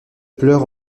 pleure